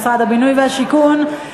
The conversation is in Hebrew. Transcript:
משרד הבינוי והשיכון (משרד הבינוי והשיכון,